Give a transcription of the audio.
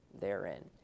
therein